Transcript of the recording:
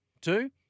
Two